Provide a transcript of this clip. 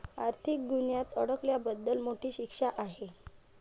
आर्थिक गुन्ह्यात अडकल्याबद्दल मोठी शिक्षा आहे